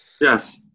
Yes